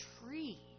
tree